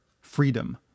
freedom